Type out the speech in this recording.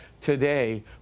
today